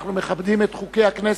ואנחנו מכבדים את חוקי הכנסת,